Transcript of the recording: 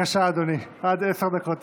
בבקשה, אדוני, עד עשר דקות לרשותך.